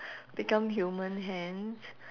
become human hands